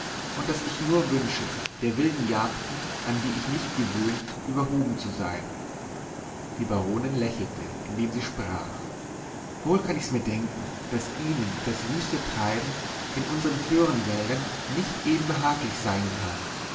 und daß ich nur wünsche der wilden jagden an die ich nicht gewöhnt überhoben zu sein die baronin lächelte indem sie sprach wohl kann ich's mir denken daß ihnen das wüste treiben in unsern föhrenwäldern nicht eben behaglich sein kann